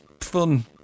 fun